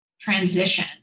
transition